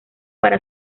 para